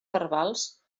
verbals